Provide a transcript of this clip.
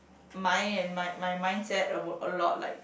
mind and my my mindset a a lot like